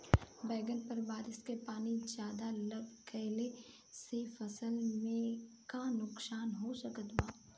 बैंगन पर बारिश के पानी ज्यादा लग गईला से फसल में का नुकसान हो सकत बा?